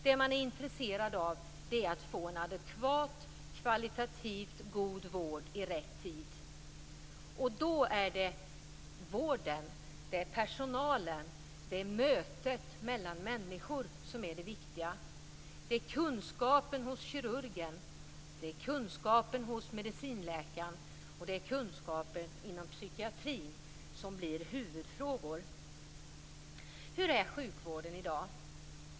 Vad man är intresserad av är att få en adekvat, kvalitativt god vård i rätt tid. Då är det vården, personalen, mötet mellan människor som är det viktiga. Det är kunskapen hos kirurgen, kunskapen hos medicinläkaren och kunskapen inom psykiatrin som blir huvudfrågor. Hur är sjukvården i dag?